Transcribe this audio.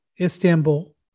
Istanbul